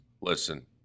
listen